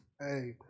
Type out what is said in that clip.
Hey